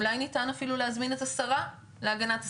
אולי ניתן אפילו להזמין את השרה להגנת הסביבה,